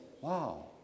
Wow